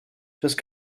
just